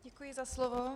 Děkuji za slovo.